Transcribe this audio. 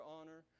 honor